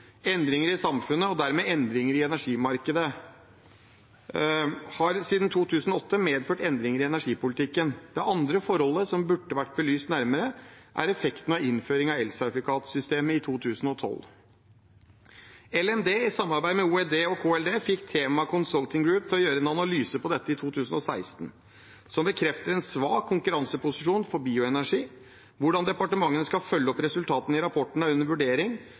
Endringer i samfunnet og dermed endringer i energimarkedet har siden 2008 medført endringer i energipolitikken. Det andre forholdet som burde vært belyst nærmere, er effekten av innføringen av elsertifikatsystemet i 2012. Landbruks- og matdepartementet, i samarbeid med Olje- og energidepartementet og Klima- og miljødepartementet, fikk THEMA Consulting Group til å foreta en analyse av dette i 2016, som bekrefter en svak konkurranseposisjon for bioenergi. Hvordan departementene skal følge opp resultatene i rapporten er under vurdering,